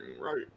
right